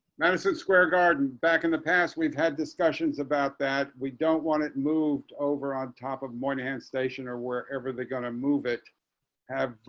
madison square garden back in the past, we've had discussions about that. we don't want it moved over on top of mine and station or wherever they're going to move it have